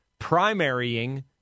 primarying